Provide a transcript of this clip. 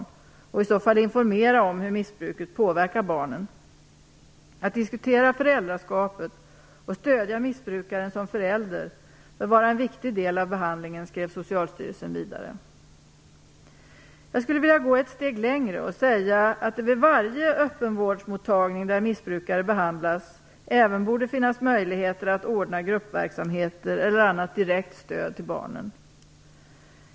I så fall bör man informera om hur missbruket påverkar barnen. Att diskutera föräldraskapet och stödja missbrukaren som förälder bör vara en viktig del av behandlingen, skrev Socialstyrelsen vidare. Jag skulle vilja gå ett steg längre och säga att det vid varje öppenvårdsmottagning där missbrukare behandlas även borde finnas möjligheter att ordna gruppverksamheter eller annat direkt stöd till barnen.